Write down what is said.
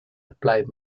applied